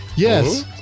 Yes